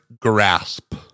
grasp